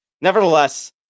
Nevertheless